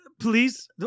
Please